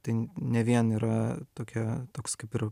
tai ne vien yra tokia toks kaip ir